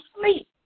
sleep